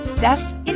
Das